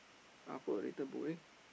apa later bowling